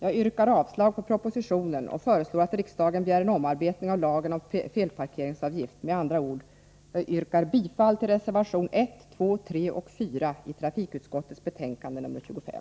Jag yrkar avslag på propositionen och föreslår att riksdagen begär en omarbetning av lagen om felparkeringsavgift. Med andra ord: Jag yrkar bifall till reservationerna 1, 2, 3 och 4 i trafikutskottets betänkande nr 25.